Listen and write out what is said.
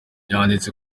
yanditse